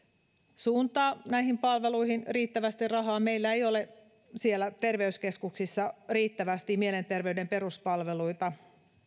suuntaa näihin palveluihin riittävästi rahaa meillä ei ole siellä terveyskeskuksissa riittävästi mielenterveyden peruspalveluita ja